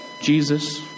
Jesus